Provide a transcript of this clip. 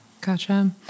Gotcha